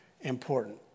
important